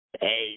Hey